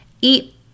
eat